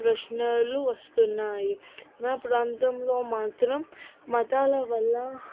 ప్రశ్నలు వస్తున్నాయి నా ప్రాంతంలో మాత్రం మతాల వల్ల